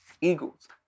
Eagles